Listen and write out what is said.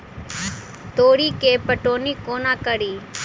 तोरी केँ पटौनी कोना कड़ी?